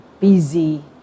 busy